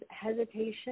hesitation